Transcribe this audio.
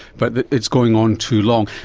but that it's going on too long.